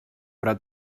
però